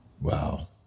Wow